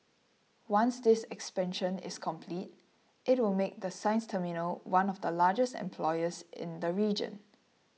once this expansion is complete it will make the Sines terminal one of the largest employers in the region